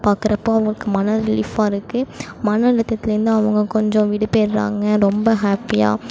பாக்கிறப்ப அவங்களுக்கு மனம் ரிலீஃபாக இருக்கு மனஅழுத்ததிலிருந்து கொஞ்சம் விடுபெறுகிறாங்க ரொம்ப ஹாப்பியாக